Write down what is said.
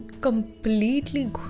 completely